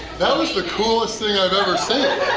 that was the coolest thing i've ever seen!